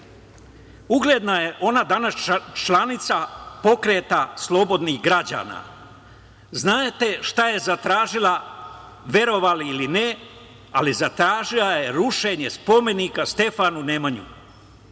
Ugledna je ona danas članica Pokreta slobodnih građana. Znate šta je zatražila, verovali ili ne, ali zatražila je rušenje spomenika Stefanu Nemanji.